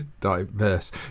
Diverse